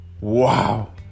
Wow